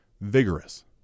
Vigorous